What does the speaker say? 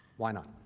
why not?